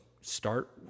start